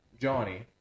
Johnny